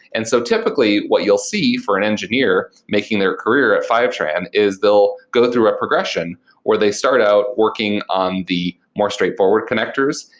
and so, typically, what you'll see for an engineer making their career at fivetran is they'll go through a progression or they start out working on the more straightforward connectors.